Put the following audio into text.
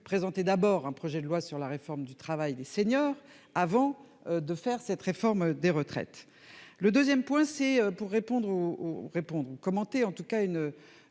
présenté d'abord un projet de loi sur la réforme du travail des seniors avant de faire cette réforme des retraites. Le 2ème point. C'est pour répondre au au répondre commenté en tout cas une